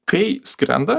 kai skrenda